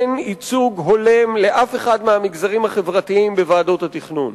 אין ייצוג הולם לאף אחד מהמגזרים החברתיים בוועדות התכנון.